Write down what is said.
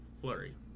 Flurry